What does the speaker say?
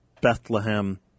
Bethlehem